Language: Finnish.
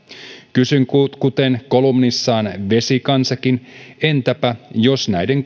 kysyn kuten kolumnissaan vesikansakin entäpä jos näiden